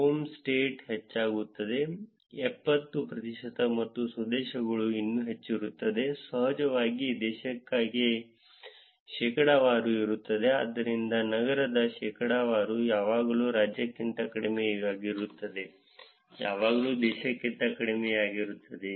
home state ಹೆಚ್ಚಾಗುತ್ತದೆ ಎಪ್ಪತ್ತು ಪ್ರತಿಶತ ಮತ್ತು ಸ್ವದೇಶಗಳು ಇನ್ನೂ ಹೆಚ್ಚಿರುತ್ತವೆ ಸಹಜವಾಗಿ ದೇಶಕ್ಕೆ ಶೇಕಡಾವಾರು ಇರುತ್ತದೆ ಆದ್ದರಿಂದ ನಗರದ ಶೇಕಡಾವಾರು ಯಾವಾಗಲೂ ರಾಜ್ಯಕ್ಕಿಂತ ಕಡಿಮೆಯಿರುತ್ತದೆ ಯಾವಾಗಲೂ ದೇಶಕ್ಕಿಂತ ಕಡಿಮೆಯಿರುತ್ತದೆ